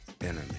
enemy